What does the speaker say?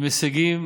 עם הישגים